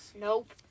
Nope